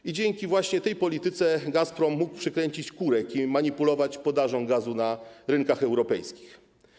I dzięki właśnie tej polityce Gazprom mógł przykręcić kurek i manipulować podażą gazu na rynkach europejskich.